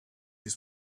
his